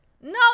No